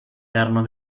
erano